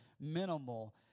minimal